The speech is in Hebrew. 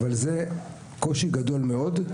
אבל זה קושי גדול מאוד.